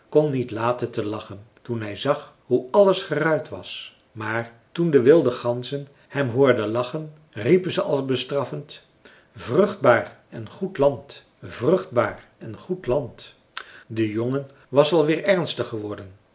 kon niet laten te lachen toen hij zag hoe alles geruit was maar toen de wilde ganzen hem hoorden lachen riepen ze als bestraffend vruchtbaar en goed land vruchtbaar en goed land de jongen was al weer ernstig geworden